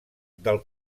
del